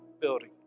building